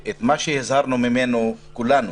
מה שהזהרנו ממנו כולנו,